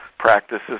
practices